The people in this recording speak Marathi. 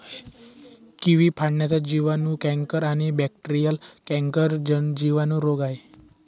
किवी फळाचा जिवाणू कैंकर आणि बॅक्टेरीयल कैंकर जिवाणू रोग आहे